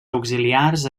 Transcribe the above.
auxiliars